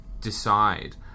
decide